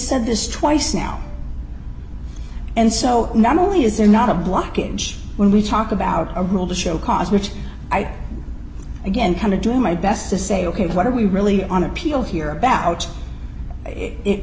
said this twice now and so not only is there not a blockage when we talk about a rule to show cause which i again come to do my best to say ok what are we really on appeals here about it